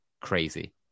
crazy